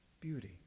beauty